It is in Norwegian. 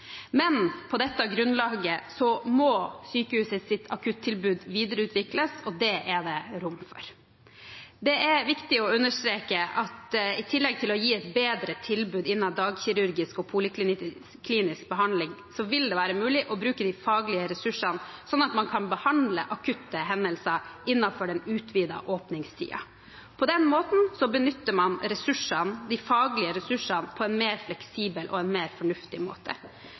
Men på dette grunnlaget må sykehusets akuttilbud videreutvikles, og det er det rom for. Det er viktig å understreke at i tillegg til å gi et bedre tilbud innen dagkirurgisk og poliklinisk behandling vil det være mulig å bruke de faglige ressursene slik at man kan behandle akutte hendelser innenfor den utvidede åpningstiden. På den måten benytter man de faglige ressursene på en mer fleksibel og en mer fornuftig måte.